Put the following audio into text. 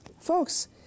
Folks